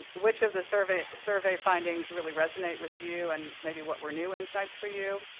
which of the survey survey findings really resonate with you, and maybe what were new insights for you,